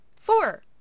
Four